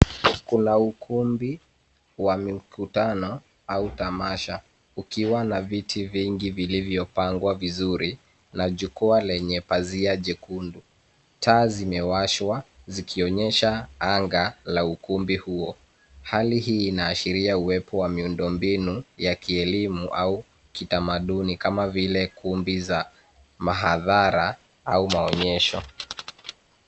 Kuna ukumbi wa mikutano au tamasha ukiwa na viti vingi vilivyopangwa vizuri na jukwaa lenye pazia jekundu. Taa zimewashwa zikionyesha anga la ukumbi huo. Hali hii inaashiria uwepo wa miundo mbinu ya kielimu kama vile kumbi za mahadhara au maonyesho.